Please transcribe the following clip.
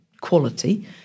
quality